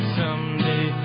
someday